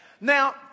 Now